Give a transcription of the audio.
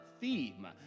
theme